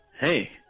Hey